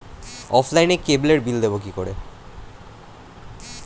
অফলাইনে ক্যাবলের বিল দেবো কি করে?